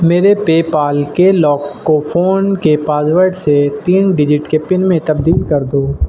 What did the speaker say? میرے PayPal کے lock کو فون کے پاسورڈ سے تین ڈیجٹ کے پن میں تبدیل کر دو